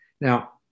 Now